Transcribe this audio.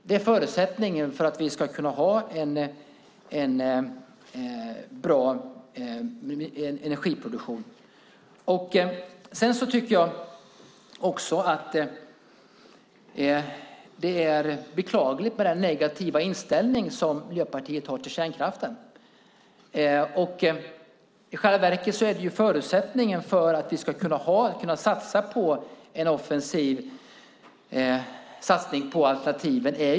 Det är förutsättningen för att vi ska kunna ha en bra energiproduktion. Jag tycker att det är beklagligt med den negativa inställning som Miljöpartiet har till kärnkraften. I själva verket är kärnkraften förutsättningen för att vi ska kunna göra en offensiv satsning på alternativen.